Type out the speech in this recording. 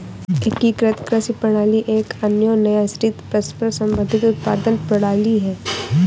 एकीकृत कृषि प्रणाली एक अन्योन्याश्रित, परस्पर संबंधित उत्पादन प्रणाली है